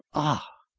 ah!